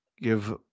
give